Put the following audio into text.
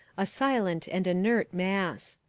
a silent and inert mass.